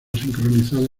sincronizada